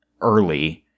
early